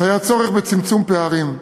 היה הצורך בצמצום פערים.